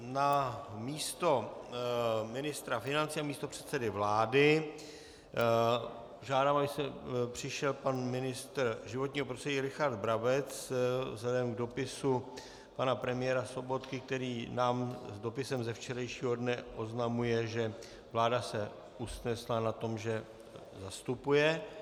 Namísto ministra financí a místopředsedy vlády žádám, aby přišel pan ministr životního prostředí Richard Brabec vzhledem k dopisu pana premiéra Sobotky, který nám dopisem ze včerejšího dne oznamuje, že vláda se usnesla na tom, že zastupuje.